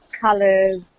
colors